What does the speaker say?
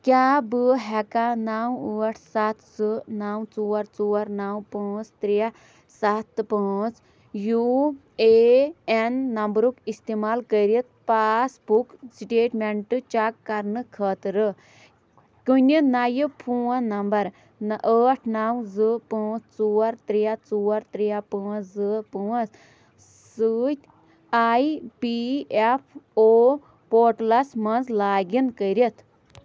کیٛاہ بہٕ ہٮ۪کا نَو ٲٹھ سَتھ زٕ نَو ژور ژور نَو پانٛژھ ترٛےٚ سَتھ تہٕ پانٛژھ یوٗ اے اٮ۪ن نَمبرُک اِستعمال کٔرِتھ پاس بُک سٕٹیٹمٮ۪نٛٹ چَک کَرنہٕ خٲطرٕ کُنہِ نَیہِ فون نَمبَر ٲٹھ نَو زٕ پانٛژھ ژور ترٛےٚ ژور ترٛےٚ پانٛژھ زٕ پانٛژھ سۭتۍ E P F O portals منٛز لاگ اِن کٔرِتھ